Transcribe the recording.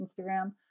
Instagram